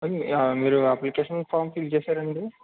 మీరు application form fill చేశారండి